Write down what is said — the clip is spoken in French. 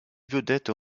vedettes